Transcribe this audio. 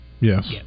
Yes